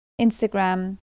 Instagram